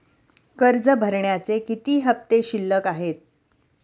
कर्ज भरण्याचे किती हफ्ते शिल्लक आहेत?